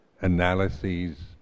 analyses